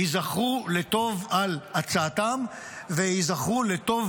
ייזכרו לטוב על הצעתם וייזכרו לטוב